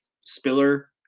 Spiller